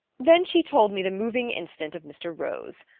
then she told me the moving incident of mr. rose.